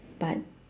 but